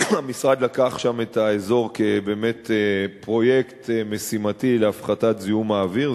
המשרד לקח את האזור שם באמת כפרויקט משימתי להפחתת זיהום האוויר.